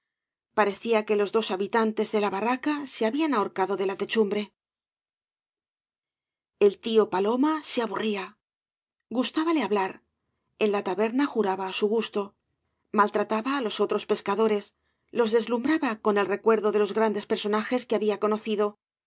parecía que les dos habitantes de la barraca se habían ahorcado de la techumbre el tío paloma se aburría gustábale hablar en la taberna juraba á bu gusto maltrataba á loa otros pescadores los deslumhraba con el recuerdo de los grandes personajes que había conocido